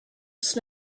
just